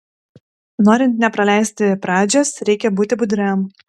norint nepraleisti pradžios reikia būti budriam